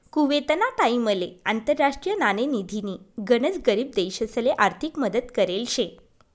कुवेतना टाइमले आंतरराष्ट्रीय नाणेनिधीनी गनच गरीब देशसले आर्थिक मदत करेल शे